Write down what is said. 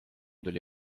tuli